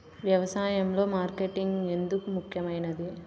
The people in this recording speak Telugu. వ్యసాయంలో మార్కెటింగ్ ఎందుకు ముఖ్యమైనది?